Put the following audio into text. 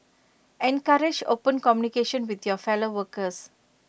encourage open communication with your fellow workers